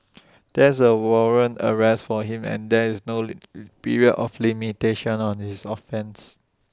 there is A warrant arrest for him and there is no period of limitation on his offence